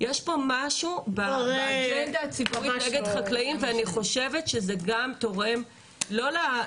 יש פה משהו באג'נדה הציבורית נגד חקלאים ואני חושבת שזה גם תורם לא ל,